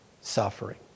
suffering